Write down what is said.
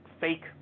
fake